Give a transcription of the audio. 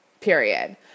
period